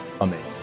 amazing